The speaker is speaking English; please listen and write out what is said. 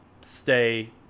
stay